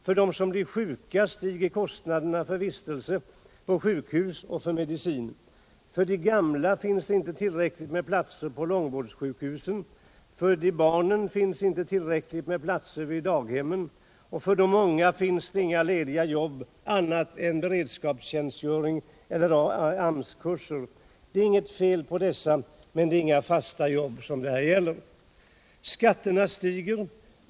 För dem som blir sjuka stiger kostnaderna för vistelse på sjukhus och för mediciner. För de gamla finns inte tillräckligt med platser på långvårdssjukhusen. För de unga finns inga lediga jobb annat än beredskapstjänstgöring eller AMS-kurser. Det är inget fel med dessa, men det gäller här inga fasta jobb. Skatterna stiger.